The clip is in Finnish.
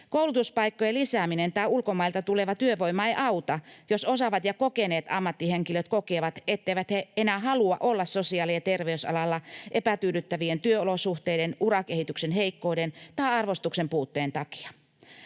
Koulutuspaikkojen lisääminen tai ulkomailta tuleva työvoima ei auta, jos osaavat ja kokeneet ammattihenkilöt kokevat, etteivät he enää halua olla sosiaali‑ ja terveysalalla epätyydyttävien työolosuhteiden, urakehityksen heikkouden tai arvostuksen puutteen takia.